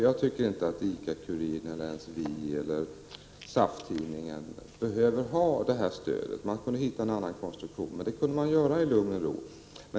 Jag tycker inte att ICA-kuriren eller ens Vi eller SAF tidningen behöver ha det stöd som det här gäller. Man kunde i lugn och ro försöka hitta en annan konstruktion för detta stöd.